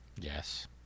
Yes